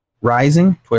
Rising